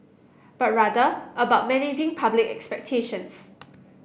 but rather about managing public expectations